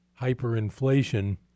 hyperinflation